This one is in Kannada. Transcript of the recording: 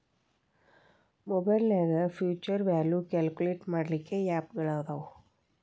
ಮಒಬೈಲ್ನ್ಯಾಗ್ ಫ್ಯುಛರ್ ವ್ಯಾಲ್ಯು ಕ್ಯಾಲ್ಕುಲೇಟ್ ಮಾಡ್ಲಿಕ್ಕೆ ಆಪ್ ಗಳವ